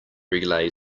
relay